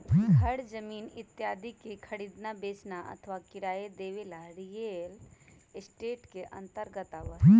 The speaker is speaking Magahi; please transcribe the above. घर जमीन इत्यादि के खरीदना, बेचना अथवा किराया से देवे ला रियल एस्टेट के अंतर्गत आवा हई